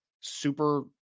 super –